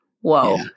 Whoa